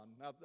Now